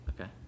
Okay